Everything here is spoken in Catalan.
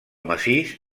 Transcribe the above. massís